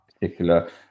particular